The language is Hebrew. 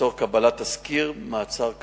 לצורך קבלת תסקיר מעצר כאמור.